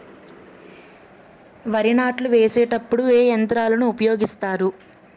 వరి నాట్లు వేసేటప్పుడు ఏ యంత్రాలను ఉపయోగిస్తారు?